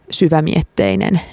syvämietteinen